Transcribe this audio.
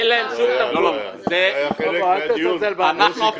אין להם סמכות --- אל תזלזל באנשים,